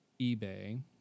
eBay